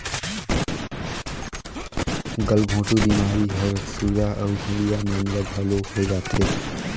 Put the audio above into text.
गलघोंटू बेमारी हर सुरा अउ भेड़िया मन ल घलो होय जाथे